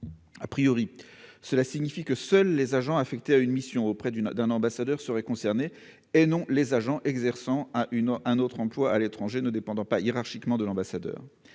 ». Cela signifie,, que seuls les agents affectés à une mission auprès d'un ambassadeur seraient concernés, et non ceux qui exercent un autre emploi à l'étranger et ne dépendent pas hiérarchiquement de l'ambassadeur.